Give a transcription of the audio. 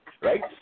right